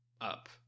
up